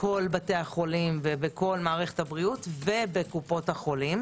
בכל בתי החולים ובכל מערכת הבריאות ובקופות החולים,